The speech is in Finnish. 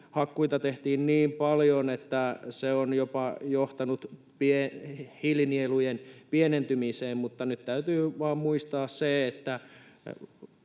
hakkuita tehtiin niin paljon, että se on johtanut jopa hiilinielujen pienentymiseen. Mutta nyt täytyy vaan muistaa se, että